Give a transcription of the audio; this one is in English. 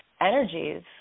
energies